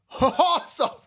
Awesome